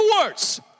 words